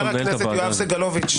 חבר הכנסת יואב סגלוביץ',